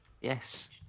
Yes